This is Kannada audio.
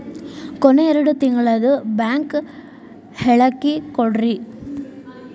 ಕೊನೆ ಎರಡು ತಿಂಗಳದು ಬ್ಯಾಂಕ್ ಹೇಳಕಿ ಕೊಡ್ರಿ